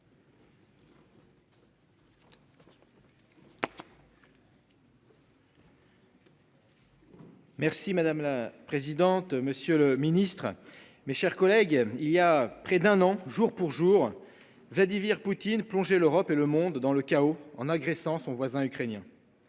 Merci madame la présidente. Monsieur le Ministre, mes chers collègues. Il y a près d'un an jour pour jour. Vladimir Poutine plonger l'Europe et le monde dans le chaos en agressant son voisin ukrainien.